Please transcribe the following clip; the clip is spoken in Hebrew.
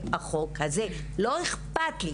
לא אכפת לי,